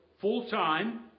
full-time